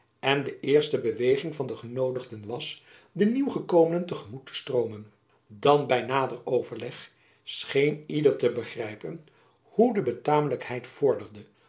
en de eerste beweging van de genoodigden was den nieuw gekomenen te gemoet te stroomen dan by nader overleg scheen ieder te begrijpen hoe de betamelijkheid vorderde